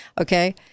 Okay